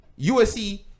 USC